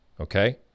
okay